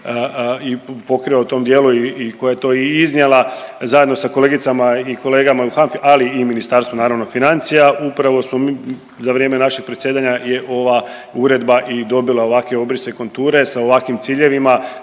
i pokrila u tom dijelu i koja je to i iznijela zajedno sa kolegicama i kolegama u HANFI ali i u Ministarstvu naravno financija upravo smo za vrijeme našeg predsjedanja je ova uredba i dobila ovakve obrise i konture sa ovakvim ciljevima.